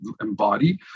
embody